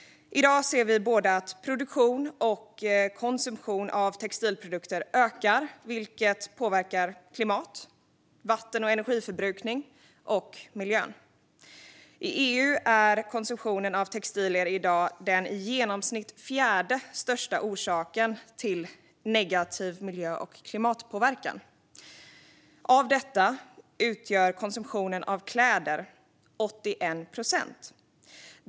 I dag ser vi att både produktion och konsumtion av textilprodukter ökar, vilket påverkar klimat, vatten och energiförbrukning samt miljön. I EU är konsumtionen av textilier i dag den i genomsnitt fjärde största orsaken till negativ miljö och klimatpåverkan. Av detta utgör konsumtionen av kläder 81 procent.